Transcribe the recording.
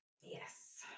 Yes